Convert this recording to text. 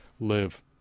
live